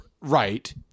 Right